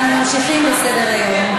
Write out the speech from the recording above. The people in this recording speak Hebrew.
אנחנו ממשיכים בסדר-היום.